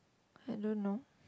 I don't know